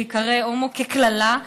להיקרא הומו כקללה.